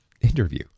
interview